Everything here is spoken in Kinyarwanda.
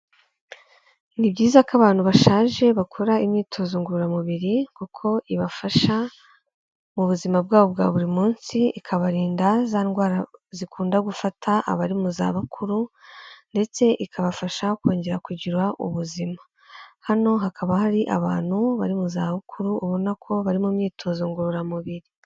Ni byiza ko abantu bashaje bakora imyitozo ngororamubiri kuko ibafasha mu buzima bwabo bwa buri munsi, ikabarinda za ndwara zikunda gufata abari mu zabukuru ndetse ikabafasha kongera kugira ubuzima. Hano hakaba hari abantu bari mu za bukuru ubona ko bari mu myitozo ngororamubiri.